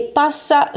passa